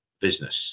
business